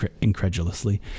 incredulously